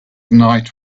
night